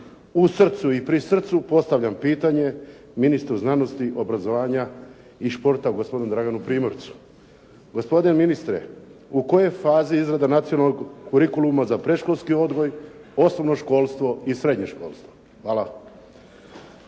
u srcu i pri srcu postavljam pitanje ministru znanosti, obrazovanja i športa gospodinu Draganu Primorcu. Gospodine ministre, u kojoj fazi je izrada nacionalnog kurikuluma za predškolski odgoj, osnovno školstvo i srednje školstvo? Hvala.